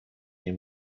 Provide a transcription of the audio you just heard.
nie